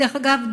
דרך אגב,